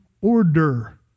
order